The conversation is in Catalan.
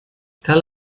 cal